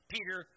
Peter